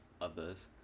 others